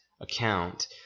account